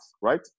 right